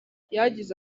yagize